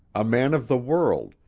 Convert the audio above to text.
a man of the world,